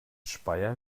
speyer